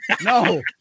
no